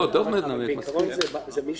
על החוק הזה יש ויכוח.